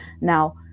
Now